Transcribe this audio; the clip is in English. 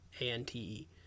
A-N-T-E